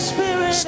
Spirit